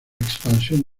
expansión